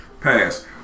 Pass